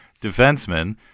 defenseman